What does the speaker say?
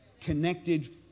Connected